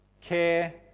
care